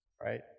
right